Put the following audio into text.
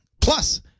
plus